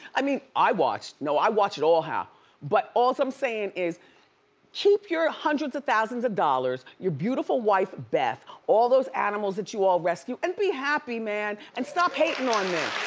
i mean, i watched. no, i watch it all. but all's i'm sayin' is keep your ah hundreds of thousands of dollars, your beautiful wife, beth, all those animals that you all rescued, and be happy, man. and stop hating on me,